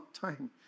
time